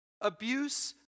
abuse